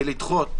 לדחות,